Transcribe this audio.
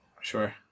Sure